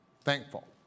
thankful